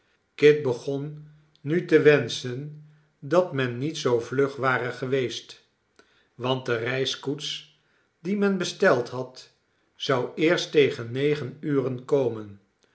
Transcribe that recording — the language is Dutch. kit begon nu te wenschen dat men niet zoo vlug ware geweest want de reiskoets die men besteld had zou eerst tegen negen ure komen